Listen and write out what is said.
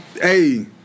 hey